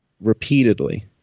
repeatedly